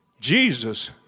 Jesus